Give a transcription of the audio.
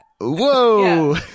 Whoa